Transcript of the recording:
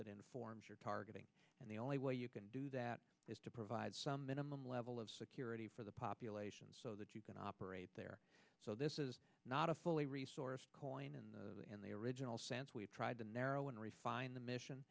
that informs your targeting and the only way you can do that is to provide some minimum level of security for the population so that you can operate there so this is not a fully resourced coin in the end the original sense we've tried to narrow and refine the mission